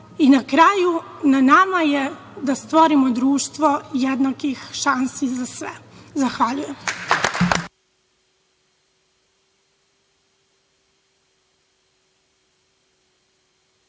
Na kraju, na nama je da stvorimo društvo jednakih šansi za sve. Zahvaljujem.